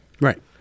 Right